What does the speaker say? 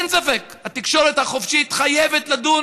אין ספק, התקשורת החופשית חייבת לדון